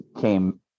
came